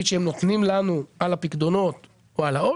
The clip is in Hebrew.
שהם נותנים לנו על הפיקדונות או על העו"ש.